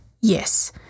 Yes